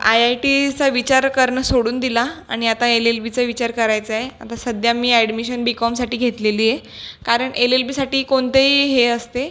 I आय टीचा विचार करणं सोडून दिला आणि आता एल एल बीचा विचार करायचा आहे आता सध्या मी अॅडमिशन बी कॉमसाठी घेतलेली आहे कारण एल एल बीसाठी कोणतंही हे असते